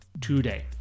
today